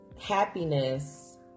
happiness